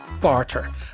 barter